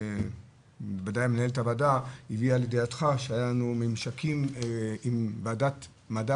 בוודאי מנהלת הוועדה הביאה לידיעתך שהיו לנו ממשקים עם ועדת המדע